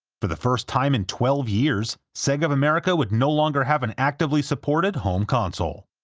for the first time in twelve years, sega of america would no longer have an actively-supported home console.